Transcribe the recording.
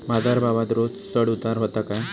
बाजार भावात रोज चढउतार व्हता काय?